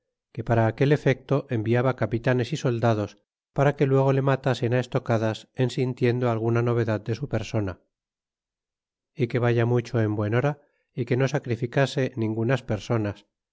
que para aquel efecto enviaba capitanes é soldados para que luego le matasen á estocadas en sintiendo alguna novedad de su persona é que vaya mucho en buen hora y que no sacrificase ningunas personas